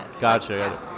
Gotcha